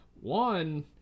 One